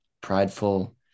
prideful